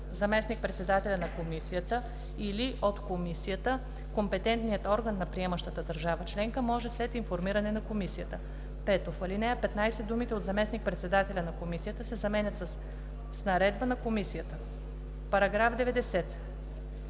„заместник-председателя на Комисията или от Комисията, компетентният орган на приемащата държава членка може след информиране на Комисията“. 5. В ал. 15 думите „от заместник-председателя на Комисията“ се заменят със „с наредба на Комисията“. По § 90